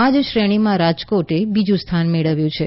આ જ શ્રેણીમાં રાજકોટે બીજું સ્થાન મેળવ્યું છે